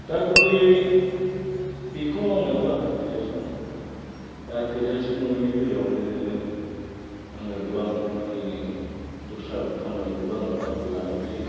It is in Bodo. दा गुबैयै बेखौ मावनायावबो आंहा थोजासे नङा दा थोजासे नङैनि बेलायावनो आङो गोबां मानि दस्रा खामानिखौबो आङो बाहागो लानांगौ जायो